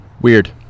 Weird